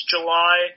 July